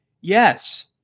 yes